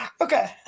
Okay